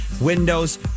windows